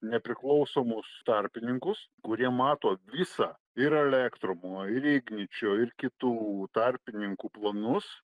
nepriklausomus tarpininkus kurie mato visą ir elektrumo ir igničio ir kitų tarpininkų planus